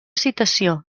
citació